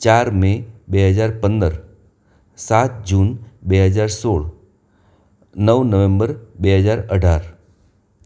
ચાર મે બે હજાર પંદર સાત જૂન બે હજાર સોળ નવ નવેમ્બર બે હજાર અઢાર